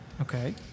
Okay